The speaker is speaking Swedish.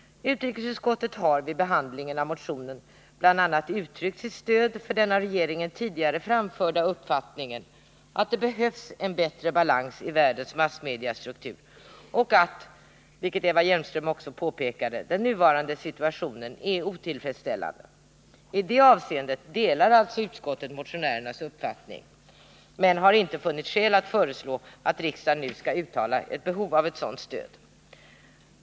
Utrikesutskottet har vid behandlingen av motionen bl.a. uttryckt sitt stöd för den av regeringen tidigare framförda uppfattningen att det behövs en bättre balans i världens massmediastruktur och att — vilket också Eva Hjelmström påpekade — den nuvarande situationen är otillfredsställande. I det avseendet delar alltså utskottet motionärernas uppfattning. Utskottet har emellertid inte funnit skäl föreslå att riksdagen nu uttalar att det föreligger ett behov av sådant stöd.